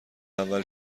اول